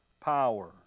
power